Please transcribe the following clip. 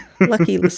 Lucky